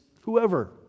whoever